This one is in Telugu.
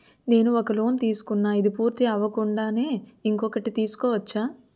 నేను ఒక లోన్ తీసుకున్న, ఇది పూర్తి అవ్వకుండానే ఇంకోటి తీసుకోవచ్చా?